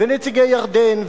נציגי ירדן,